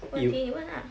问题你问啊